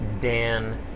Dan